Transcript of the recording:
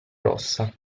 rossa